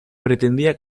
pretendía